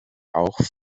auch